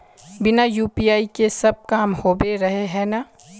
बिना यु.पी.आई के सब काम होबे रहे है ना?